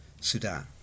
Sudan